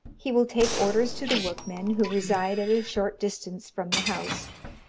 he will take orders to the workmen who reside at a short distance from the house,